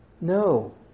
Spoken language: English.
No